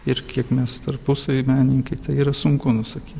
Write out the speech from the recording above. ir kiek mes tarpusavy menininkai tai yra sunku nusakyt